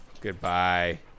Goodbye